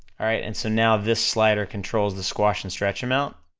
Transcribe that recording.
alright, and so now this slider controls the squash and stretch amount.